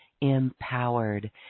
empowered